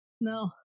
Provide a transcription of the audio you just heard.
No